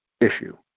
issue